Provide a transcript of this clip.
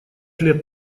лет